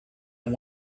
and